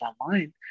online